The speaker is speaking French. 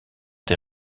des